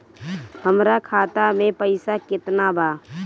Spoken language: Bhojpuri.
हमरा खाता में पइसा केतना बा?